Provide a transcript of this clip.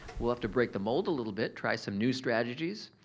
we'll have to break the mold a little bit. try some new strategies.